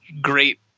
great